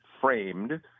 framed